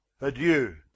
Adieu